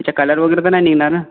हेचा colour वगैरे तर नाही निघणार ना